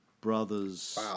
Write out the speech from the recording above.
brother's